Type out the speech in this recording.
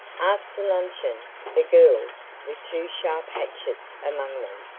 after luncheon, the girls, with two sharp hatchets among them,